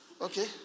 okay